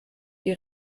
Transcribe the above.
die